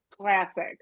classic